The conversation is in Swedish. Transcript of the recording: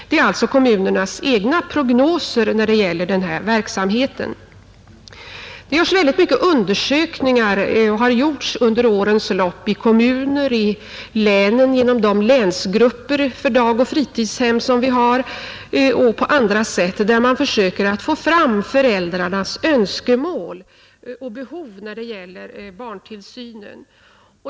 Det är alltså kommunernas egna prognoser när det gäller den här verksamheten. Det har under årens lopp gjorts väldigt många undersökningar i kommuner, i länen genom de länsgrupper för dagoch fritidshem som vi har och på andra sätt, där man försökt få fram föräldrarnas önskemål och behov i fråga om barntillsynen.